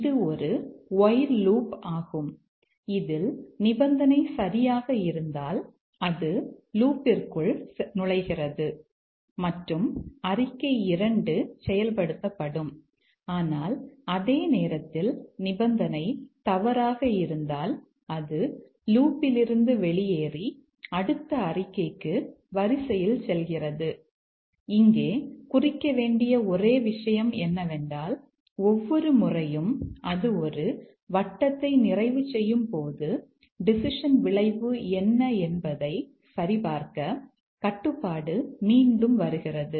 இது ஒரு while loop லிருந்து வெளியேறி அடுத்த அறிக்கைக்கு வரிசையில் செல்கிறது இங்கே குறிக்க வேண்டிய ஒரே விஷயம் என்னவென்றால் ஒவ்வொரு முறையும் அது ஒரு வட்டத்தை நிறைவு செய்யும் போது டெசிஷன் விளைவு என்ன என்பதை சரிபார்க்க கட்டுப்பாடு மீண்டும் வருகிறது